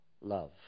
love